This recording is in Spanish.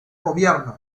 gobierno